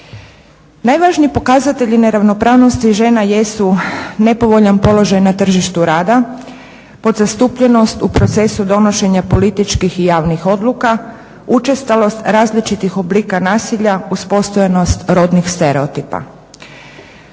Najvažniji pokazatelji neravnopravnosti žena jesu nepovoljan položaj na tržištu rada, podzastupljenost u procesu donošenja političkih i javnih odluka, učestalost različitih oblika nasilja uz postojanost rodnih stereotipa.